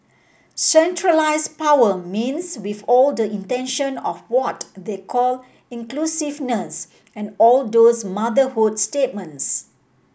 centralise power means with all the intention of what they call inclusiveness and all those motherhood statements